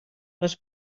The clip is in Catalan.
les